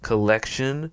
Collection